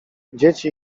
dzieci